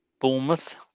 Bournemouth